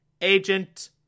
agent